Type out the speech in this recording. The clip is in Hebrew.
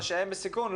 או שהם בסיכון,